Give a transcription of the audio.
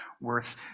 worth